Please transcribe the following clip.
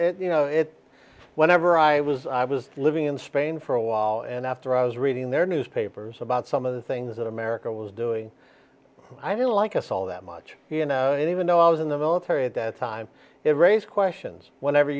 ou know it whenever i was i was living in spain for a while and after i was reading their newspapers about some of the things that america was doing i didn't like us all that much you know even though i was in the military at that time it raised questions whenever